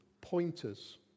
pointers